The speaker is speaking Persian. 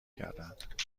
کردهاند